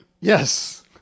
Yes